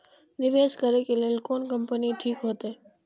निवेश करे के लेल कोन कंपनी ठीक होते?